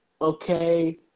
okay